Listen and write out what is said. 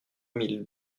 mille